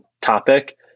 topic